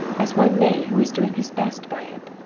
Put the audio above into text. as one may who is doing his best by it.